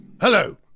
Hello